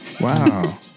Wow